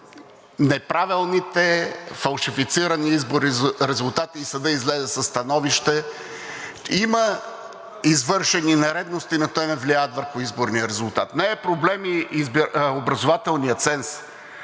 неправилните фалшифицирани изборни резултати и съдът излезе със становище: има извършени нередности, но те не влияят върху изборния резултат. Не е проблем и образователният ценз.